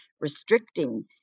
restricting